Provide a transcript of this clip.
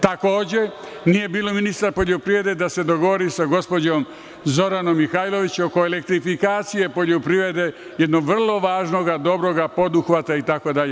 Takođe, nije bilo ministra poljoprivreda da se dogovori sa gospođom Zoranom Mihajlović oko elektrifikacije poljoprivrede, jednog vrlo važnog poduhvata itd.